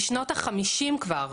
בשנות ה-50 כבר,